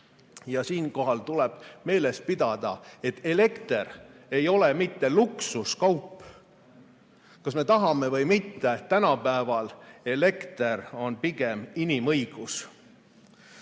Siinkohal tuleb meeles pidada, et elekter ei ole mitte luksuskaup. Kas me tahame või mitte, tänapäeval on elekter pigem inimõigus.